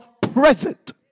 present